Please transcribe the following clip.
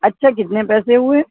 اچھا کتنے پیسے ہوئے